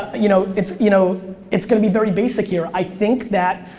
you know it's you know it's gonna be very basic here. i think that,